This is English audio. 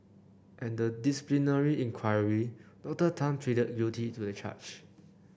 at the disciplinary inquiry Doctor Tan pleaded guilty to the charge